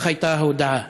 כך הייתה ההודעה.